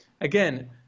Again